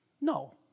No